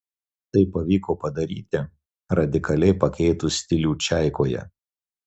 tai pavyko padaryti radikaliai pakeitus stilių čaikoje